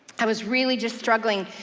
i was really just struggling,